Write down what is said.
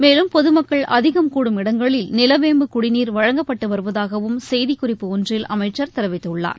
மேலும் பொதுமக்கள் அதிகம் கூடும் இடங்களில் நிலவேம்பு குடிநீர் வழங்கப்பட்டு வருவதாகவும் செய்திக்குறிப்பு ஒன்றில் அமைச்சர் தெரிவித்துள்ளார்